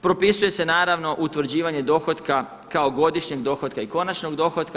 Propisuje se naravno utvrđivanje dohotka kao godišnjeg dohotka i konačnog dohotka.